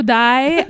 die